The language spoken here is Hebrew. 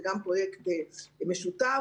זה גם פרויקט משותף,